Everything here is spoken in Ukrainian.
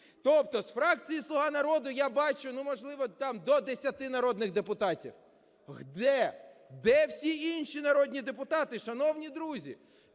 Тобто з фракції "Слуга народу" я бачу, ну, можливо, там до 10 народних депутатів. Де? Де всі інші народні депутати, шановні друзі?